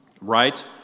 right